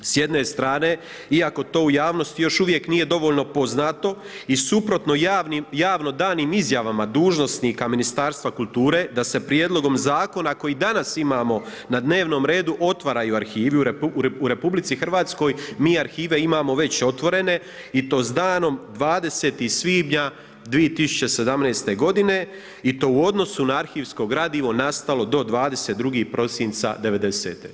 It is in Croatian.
S jedne strane iako to u javnosti još uvijek nije dovoljno poznato i suprotno javno danim izjavama dužnosnika Ministarstva kulture da se prijedlogom zakona koji danas imamo na dnevnom redu otvaraju arhivi u RH, mi arhive imamo već otvoreno i to s danom 20. svibnja 2017. godine i to u odnosu na arhivsko gradivo nastalo do 22. prosinca '90.-te.